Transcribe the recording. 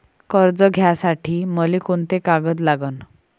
कर्ज घ्यासाठी मले कोंते कागद लागन?